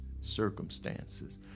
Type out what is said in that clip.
circumstances